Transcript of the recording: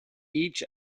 each